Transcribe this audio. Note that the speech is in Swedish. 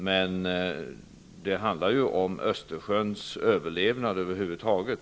Men det handlar ju om Östersjöns överlevnad över huvud taget.